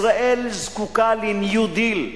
ישראל זקוקה ל"ניו דיל",